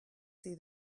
see